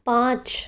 पाँच